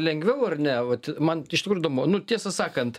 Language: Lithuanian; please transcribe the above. lengviau ar ne vat man iš tikrųjų įdomu nu tiesą sakant